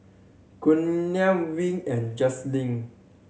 Giuliana Wing and Janice